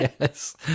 Yes